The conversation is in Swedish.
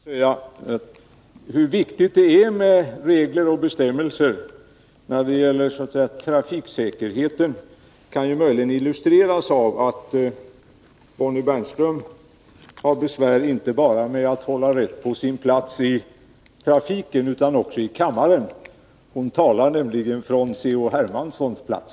Herr talman! Hur viktigt det är med regler och bestämmelser när det gäller trafiksäkerheten kan möjligen illustreras av att Bonnie Bernström har besvär med att hålla rätt på sin plats inte bara i trafiken utan också i kammaren. Hon talade nämligen från C.-H. Hermanssons plats.